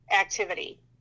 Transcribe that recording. activity